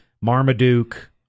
Marmaduke